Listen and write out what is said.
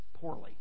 poorly